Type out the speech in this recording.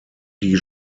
die